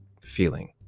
feeling